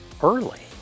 early